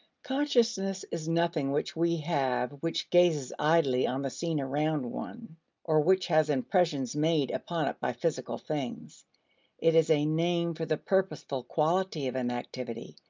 consciousness is nothing which we have which gazes idly on the scene around one or which has impressions made upon it by physical things it is a name for the purposeful quality of an activity,